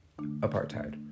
apartheid